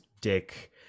Dick